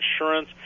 insurance